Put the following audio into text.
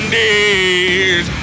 days